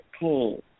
pain